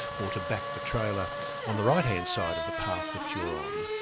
or to back the trailer on the right-hand side of the path that you're on.